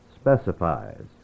specifies